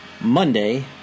Monday